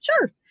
sure